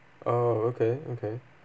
oh okay okay